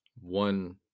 one